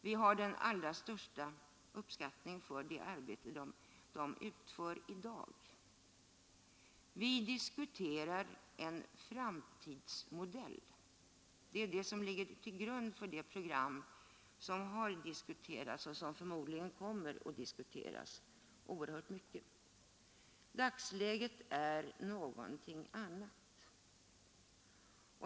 Vi har den allra största uppskattning för det arbete de utför i dag. Vi diskuterar en framtidsmodell. Det är ju det som ligger till grund för det program som har diskuterats och som förmodligen kommer att diskuteras oerhört mycket. Dagsläget är någonting annat.